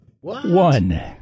One